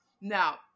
Now